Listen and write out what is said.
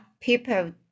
People